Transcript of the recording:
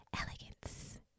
elegance